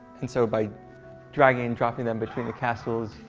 and so by dragging and dropping them between the castles,